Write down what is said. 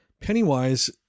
Pennywise